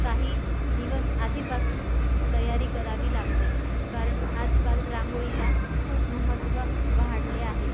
काही दिवस आधीपासून तयारी करावी लागते कारण आजकाल रांगोळीला खूप महत्त्व वाढले आहे